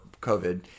COVID